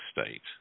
state